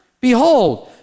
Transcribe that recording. Behold